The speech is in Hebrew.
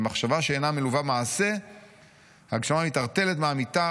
'ומחשבה שאינה מלווה מעשה הגשמה מתערטלת מאמיתה